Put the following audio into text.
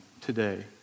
today